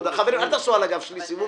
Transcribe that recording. חברים, אל תעשו על הגב שלי סיבוב.